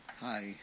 Hi